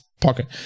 pocket